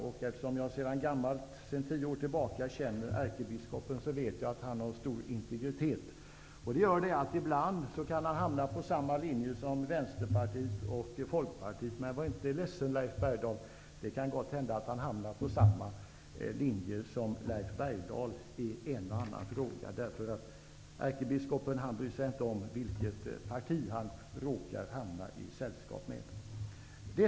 Jag känner ärkebiskopen sedan tio år tillbaka och vet att han har stor integritet. Det gör att han ibland kan hamna på samma linje som Vänsterpartiet eller Folkpartiet. Men var inte ledsen, Leif Bergdahl, det kan hända att han hamnar på samma linje som Leif Bergdahl i en och annan fråga. Ärkebiskopen bryr sig inte om vilket parti han råkar hamna i sällskap med.